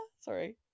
Sorry